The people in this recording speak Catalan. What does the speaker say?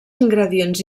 ingredients